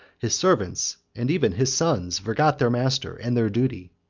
his servants, and even his sons, forgot their master and their duty.